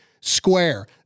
Square